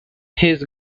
his